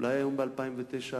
אולי היום, ב-2009,